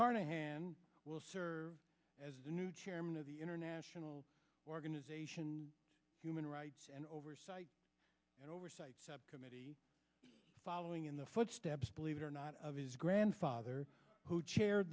carnahan will serve as the new chairman of the international organization human rights and oversight and oversight subcommittee following in the footsteps believe it or not of his grandfather who chaire